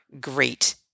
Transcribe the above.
great